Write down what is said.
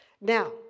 Now